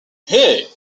hey